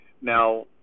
Now